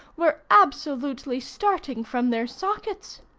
were absolutely starting from their sockets.